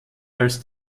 als